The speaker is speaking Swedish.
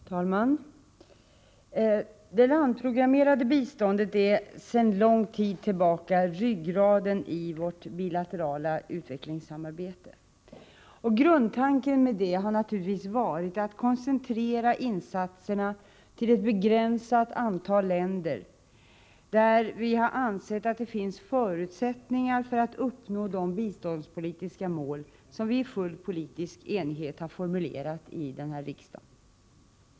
Herr talman! Det landprogrammerade biståndet är sedan lång tid tillbaka ryggraden i vårt bilaterala utvecklingssamarbete. Grundtanken har naturligtvis varit att koncentrera insatserna till ett begränsat antal länder, där vi har ansett att det finns förutsättningar för att uppnå de biståndspolitiska mål som vi i full politisk enighet har formulerat i denna riksdag.